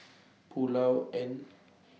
Pulao and